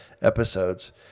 episodes